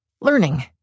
Learning